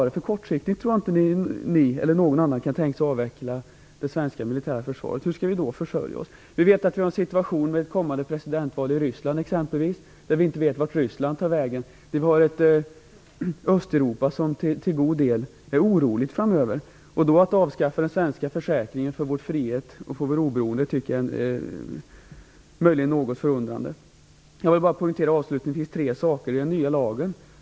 Men jag instämmer i statsrådets fråga till Vänsterpartiet: Om ni tycker att vi inte skall ha en försvarsindustri, hur skall vi då försörja oss? Vi har ett kommande presidentval i Ryssland. Efter det vet vi inte vart Ryssland tar vägen. Vi har ett Östeuropa som till god del är oroligt framöver. Att då avskaffa den svenska försäkringen för vår frihet och vårt oberoende tycker jag är något förundrande. Avslutningsvis vill jag poängtera tre saker i den nya lagen.